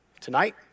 tonight